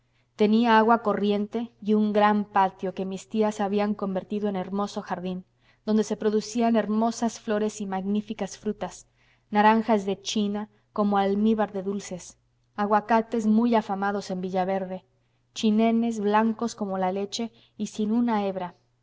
tenía agua corriente y un gran patio que mis tías habían convertido en hermoso jardín donde se producían hermosas flores y magníficas frutas naranjas de china como almíbar de dulces aguacates muy afamados en villaverde chinenes blancos como la leche y sin una hebra